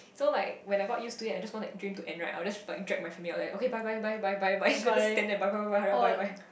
so like when I got used to it I just want the dream to end right I'll just like drag my family out like okay bye bye bye bye bye bye then I'll stand there and bye bye bye hurry up bye bye